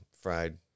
fried